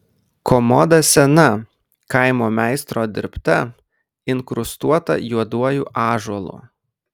komoda sena kaimo meistro dirbta inkrustuota juoduoju ąžuolu